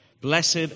Blessed